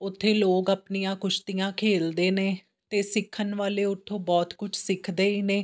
ਉੱਥੇ ਲੋਕ ਆਪਣੀਆਂ ਕੁਸ਼ਤੀਆਂ ਖੇਡਦੇ ਨੇ ਅਤੇ ਸਿੱਖਣ ਵਾਲੇ ਉਥੋਂ ਬਹੁਤ ਕੁਝ ਸਿੱਖਦੇ ਹੀ ਨੇ